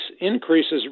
increases